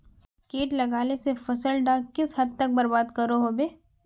किट लगाले से फसल डाक किस हद तक बर्बाद करो होबे?